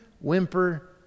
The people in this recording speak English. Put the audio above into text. whimper